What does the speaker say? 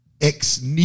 Ex